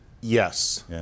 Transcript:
Yes